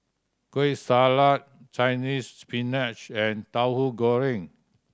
Kueh Salat Chinese Spinach and Tahu Goreng